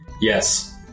Yes